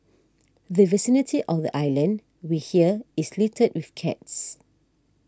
the vicinity of the island we hear is littered with cats